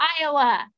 Iowa